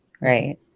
right